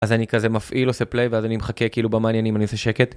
אז אני כזה מפעיל עושה פליי ואז אני מחכה כאילו במעניינים אני עושה שקט